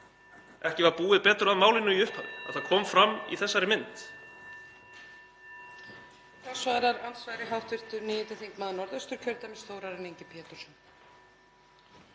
ekki var búið betur að málinu í upphafi, að það kom fram í þessari mynd?